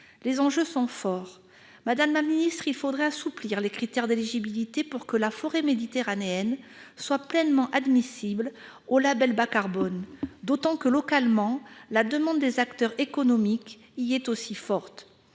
Les enjeux sont forts. Madame la secrétaire d'État, il faudrait assouplir les critères d'éligibilité pour que la forêt méditerranéenne soit pleinement admissible au label Bas-carbone, d'autant que, localement, la demande des acteurs économiques y est forte.